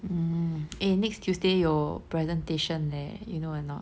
mm eh next tuesday 有 presentation leh you know or not